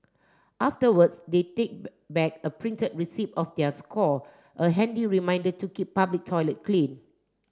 afterwards they take back a printed receipt of their score a handy reminder to keep public toilet clean